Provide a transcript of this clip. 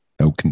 no